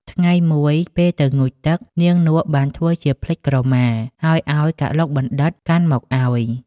ថ្ងៃមួយ ពេលទៅងូតទឹក នាងនក់បានធ្វើជាភ្លេចក្រមា ហើយឱ្យកឡុកបណ្ឌិត្យកាន់មកឱ្យ ។